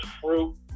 fruit